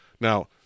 Now